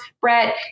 Brett